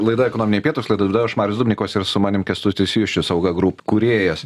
laida ekonominiai pietūs laidą vedu aš marius dubnikovas ir su manim kęstutis juščius auga group kūrėjas